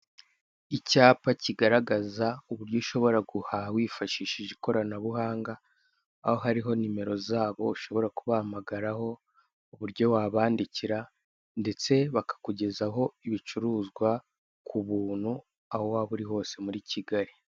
Icyapa kigaragaza uburyo ushobora guhaha wifashishije ikoranabuhanga, aho hariho nimero zabo ushobora kubahamagararaho, uburyo wabandikira ndetse bakakugezaho ibicuruzwa ku buntu aho waba uri hose muri Kigali.